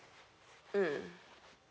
mm